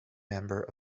member